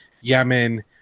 Yemen